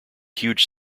huge